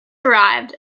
arrived